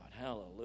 Hallelujah